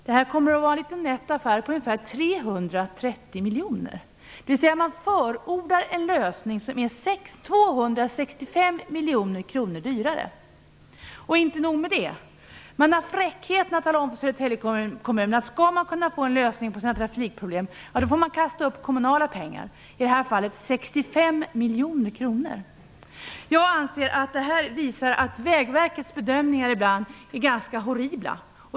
Det skulle bli en liten nätt affär på ungefär 330 miljoner. Man förordar alltså en lösning som är 265 miljoner kronor dyrare. Inte nog med det, man har fräckheten att tala om för Södertälje kommun att skall man kunna få en lösning på trafikproblemen, så får kommunen kasta fram pengar - i det här fallet 65 Jag anser att detta visar att Vägverkets bedömningar ibland är ganska horribla.